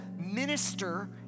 minister